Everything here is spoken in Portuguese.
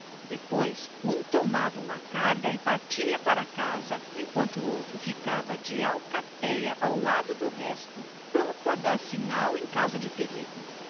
depois um tomava uma carga e partia para casa enquanto o outro ficava de alcatéia ao lado do resto pronto a dar sinal em caso de perigo